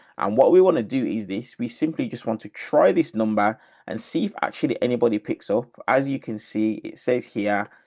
and what we want to do is this. we simply just want to try this number and see if actually anybody picks up, as you can see, it says here.